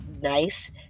nice